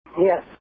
Yes